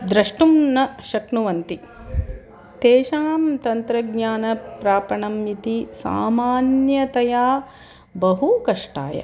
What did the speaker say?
द्रष्टुं न शक्नुवन्ति तेषां तन्त्रज्ञानप्रापणम् इति सामान्यतया बहु कष्टाय